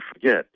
forget